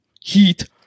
heat